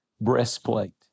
breastplate